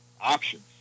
options